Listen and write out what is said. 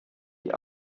die